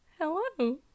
hello